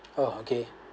oh okay